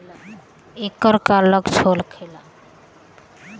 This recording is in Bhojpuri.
ऐकर का लक्षण होखे?